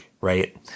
right